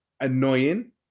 annoying